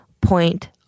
point